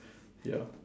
ya